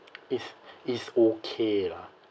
is is okay lah